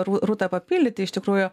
rūtą papildyti iš tikrųjų